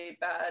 bad